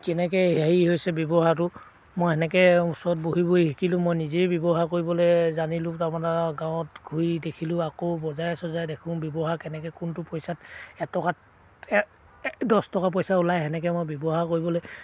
কেনেকৈ হেৰি হৈছে ব্যৱহাৰটো মই তেনেকৈ ওচৰত বহি বহি শিকিলোঁ মই নিজেই ব্যৱহাৰ কৰিবলৈ জানিলোঁ তাৰপৰা গাঁৱত ঘূৰি দেখিলোঁ আকৌ বজাৰে চজায়ে দেখোঁ ব্যৱহাৰ কেনেকৈ কোনটো পইচাত এটকাত এ দছ টকা পইচা ওলাই তেনেকৈ মই ব্যৱহাৰ কৰিবলৈ